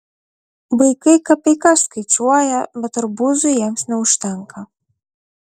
vaikai kapeikas skaičiuoja bet arbūzui jiems neužtenka